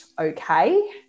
okay